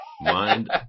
Mind